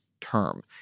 term